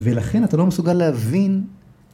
ולכן אתה לא מסוגל להבין.